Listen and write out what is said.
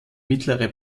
mittlere